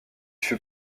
fut